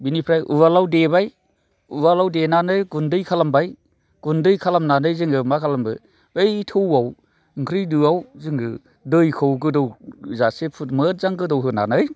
बिनिफ्राय उवालाव देबाय उवालाव देनानै गुन्दै खालामबाय गुन्दै खालामनानै जोङो मा खालामो बै थौआव ओंख्रि दोआव जोङो दैखौ गोदौजासे मोजजां गोदौ होनानै